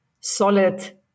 solid